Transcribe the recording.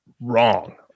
wrong